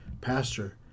Pastor